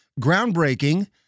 groundbreaking